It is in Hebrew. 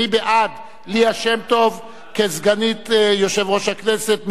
מי בעד ליה שמטוב כסגנית יושב-ראש הכנסת?